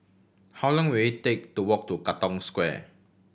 how long will it take to walk to Katong Square